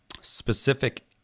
specific